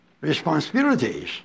responsibilities